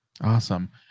Awesome